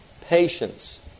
patience